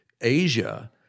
Asia